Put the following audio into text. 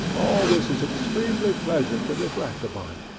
all this is extremely pleasant to reflect upon,